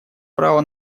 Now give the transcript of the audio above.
право